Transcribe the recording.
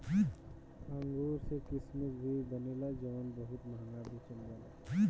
अंगूर से किसमिश भी बनेला जवन बहुत महंगा बेचल जाला